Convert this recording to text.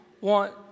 want